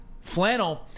Flannel